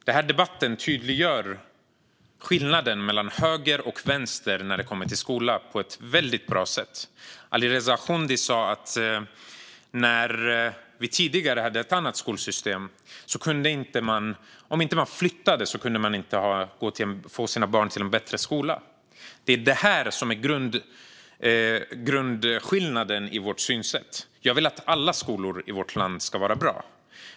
Den här debatten tydliggör på ett väldigt bra sätt skillnaden mellan höger och vänster när det kommer till skolan. Alireza Akhondi sa att man tidigare, när vi hade ett annat skolsystem, inte kunde få sina barn till en bättre skola om man inte flyttade. Det är det här som är grundskillnaden mellan våra synsätt. Jag vill att alla skolor i vårt land ska vara bra.